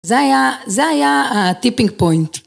זה היה הטיפינג פוינט.